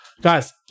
Guys